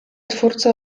twórcy